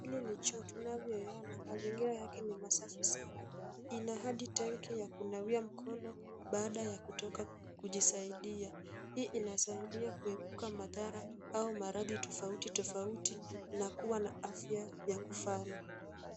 Hili ni choo tumavyoiona. Mazingira yake ni masafi sana. Ina hadi tenki ya kunawia mkono baada ya kutoka kujisaidia. Hii inasaidia kuepuka madhara au maradhi tofautitofauti na kuwa na afya ya kufana.